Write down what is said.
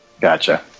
Gotcha